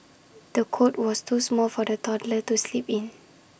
the cot was too small for the toddler to sleep in